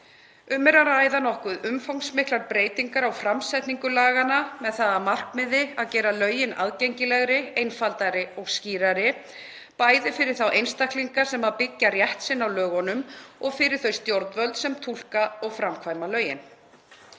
Um er að ræða nokkuð umfangsmiklar breytingar á framsetningu laganna með það að markmiði að gera lögin aðgengilegri, einfaldari og skýrari, bæði fyrir þá einstaklinga sem byggja rétt sinn á lögunum og fyrir þau stjórnvöld sem túlka og framkvæma lögin.